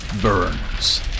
burns